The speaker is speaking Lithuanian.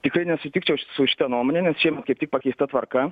tikrai nesutikčiau su šita nuomone nes šiemet kaip tik pakeista tvarka